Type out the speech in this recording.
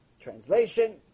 Translation